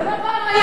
זה פעם היה.